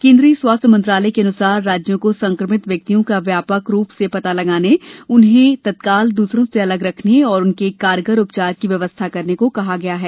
केंद्रीय स्वास्थ्य मंत्रालय के अनुसार राज्यों को संक्रमित व्यक्तियों का व्यापक रूप से पता लगाने उन्हें तत्काल दूसरों से अलग रखने और उनके कारगर उपचार की व्यवस्था करने को कहा गया है